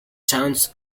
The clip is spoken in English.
towns